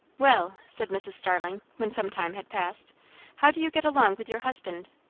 well, said mrs. starling, when some time had passed how do you get along with your husband?